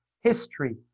history